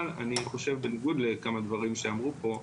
אבל בניגוד לכמה דברים שאמרו פה,